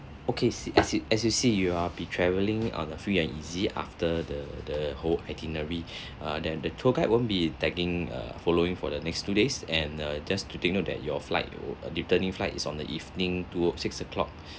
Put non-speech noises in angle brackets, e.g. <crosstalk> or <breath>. okay see as you as you see you are be travelling on a free and easy after the the whole itinerary <breath> uh then the tour guide won't be tagging err following for the next two days and err just to take note that your flight it will returning flight is on the evening toward six o'clock